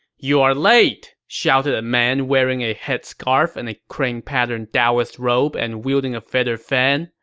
you're late, shouted a man wearing a headscarf and a crane-pattern daoist robe and wielding a feather fan.